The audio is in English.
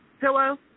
Hello